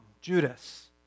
Judas